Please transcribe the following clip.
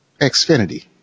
Xfinity